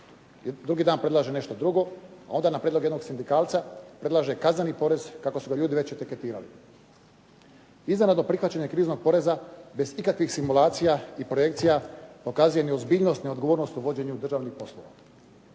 drugi dan predlažu drugo, a onda na prijedlog jednog sindikalca predlaže kazneni porez kako su ga ljudi već etiketirali. Iznenadno prihvaćanje kriznog poreza bez ikakvih simulacija i projekcija pokazuje neozbiljnost i neodgovornost u vođenju državnih poslova.